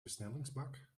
versnellingsbak